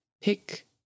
pick